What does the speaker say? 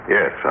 Yes